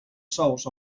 sous